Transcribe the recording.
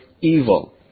evil